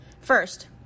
first